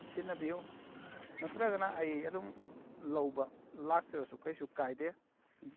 ꯁꯤꯟꯅꯕꯤꯎ ꯅꯠꯇ꯭ꯔꯒꯅ ꯑꯩ ꯑꯗꯨꯝ ꯂꯧꯕ ꯂꯥꯛꯆꯔꯁꯨ ꯀꯩꯁꯨ ꯀꯥꯏꯗꯦ